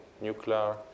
nuclear